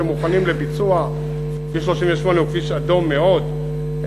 שמוכנים לביצוע כביש 38 הוא כביש אדום מאוד,